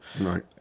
Right